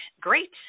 great